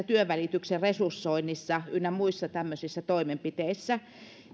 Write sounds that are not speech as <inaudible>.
<unintelligible> työnvälityksen resursoinnissa ynnä muissa tämmöisissä toimenpiteissä